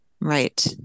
Right